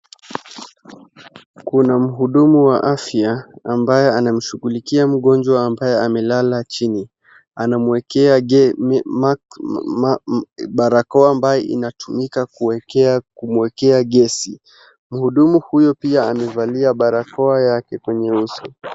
Kuna mhudumu wa afya ambaye anamshughulikia mgonjwa ambaye amelala chini. Anamwekea barakoa ambayo inatumika kuwekea kumwekea gesi. Mhudumu huyo pia amevalia barakoa yake kwenye uso.